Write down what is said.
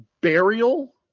Burial